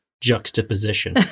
Juxtaposition